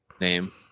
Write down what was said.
name